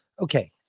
Okay